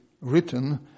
written